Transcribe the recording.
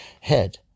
head